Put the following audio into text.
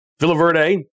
Villaverde